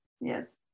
Yes